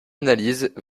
analyse